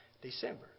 December